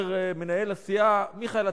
אומר מנהל הסיעה: מיכאל,